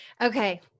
Okay